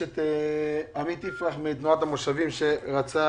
עמית יפרח מתנועת המושבים רצה